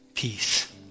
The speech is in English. peace